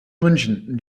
münchen